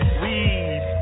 weed